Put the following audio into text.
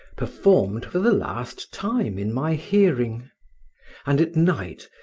performed for the last time in my hearing and at night,